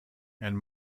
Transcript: and